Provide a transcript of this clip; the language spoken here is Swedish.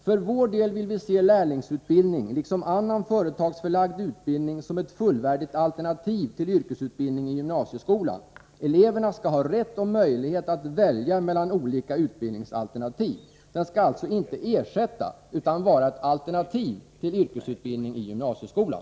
Vi vill för vår del se lärlingsutbildningen liksom annan företagsförlagd utbildning som ett fullvärdigt alternativ till yrkesutbildning i gymnasieskolan. Eleverna skall ha rätt och möjlighet att välja mellan olika utbildningsalternativ. Lärlingsutbildningen skall alltså inte ersätta utan vara ett alternativ till yrkesutbildning i gymnasieskolan.